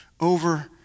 over